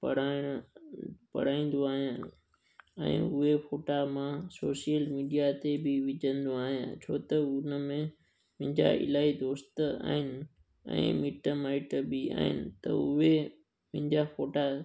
पढ़ाइण पढ़ाईंदो आहियां ऐं उहे फ़ोटा मां सोशल मीडिया ते बि विझंदो आहिंयां छो त उनमें मुंहिंजा इलाही दोस्त आहिनि ऐं मिट माइट बि आहिनि त उहे मुंहिंजा फ़ोटा